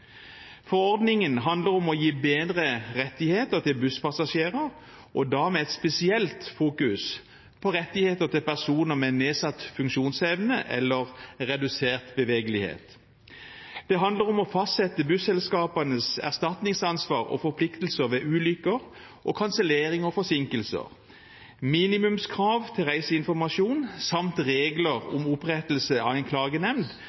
Forordningen handler om å gi bedre rettigheter til busspassasjerer, og da med et spesielt fokus på rettigheter til personer med nedsatt funksjonsevne eller redusert bevegelighet. Det handler om å fastsette busselskapenes erstatningsansvar og forpliktelser ved ulykker, kansellering og forsinkelser, minimumskrav til reiseinformasjon samt regler om opprettelse av en klagenemnd